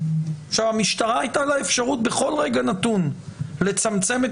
למשטרה הייתה אפשרות בכל רגע נתון לצמצם את